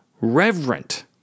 reverent